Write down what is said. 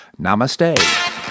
Namaste